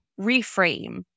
reframe